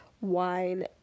wine